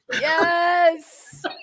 Yes